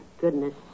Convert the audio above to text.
Goodness